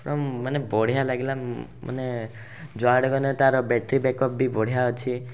ପୁରା ମାନେ ବଢ଼ିଆ ଲାଗିଲା ମାନେ ଯୁଆଡ଼େ ଗଲେ ତା'ର ବ୍ୟାଟେରୀ ବ୍ୟାକ୍ଅପ୍ ବି ବଢ଼ିଆ ଅଛି